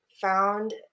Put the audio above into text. found